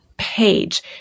page